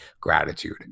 gratitude